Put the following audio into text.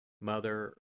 Mother